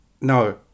No